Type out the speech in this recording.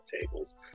tables